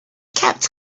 kept